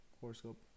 horoscope